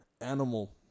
animal